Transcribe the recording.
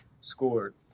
scored